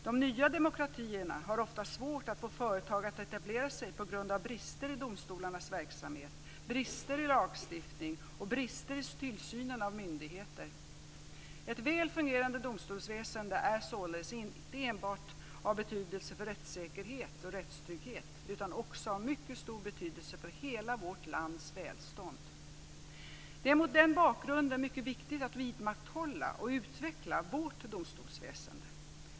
De nya demokratierna har ofta svårt att få företag att etablera sig på grund av brister i domstolarnas verksamhet, brister i lagstiftning och brister i tillsynen av myndigheter. Ett väl fungerande domstolsväsende är således inte enbart av betydelse för rättssäkerhet och rättstrygghet utan också av mycket stor betydelse för hela vårt lands välstånd. Det är mot den bakgrunden mycket viktigt att vidmakthålla och utveckla vårt domstolsväsende.